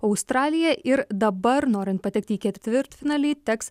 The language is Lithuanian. australiją ir dabar norint patekti į ketvirtfinalį teks